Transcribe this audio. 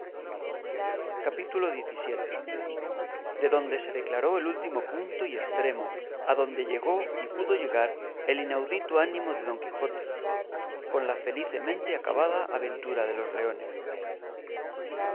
capítulo xvii de donde se declaró el último punto y estremo adonde llegó y pudo llegar el inaudito ánimo de don quijote con la felicemente acabada aventura de los leones